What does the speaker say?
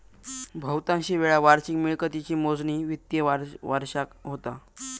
बहुतांशी वेळा वार्षिक मिळकतीची मोजणी वित्तिय वर्षाक होता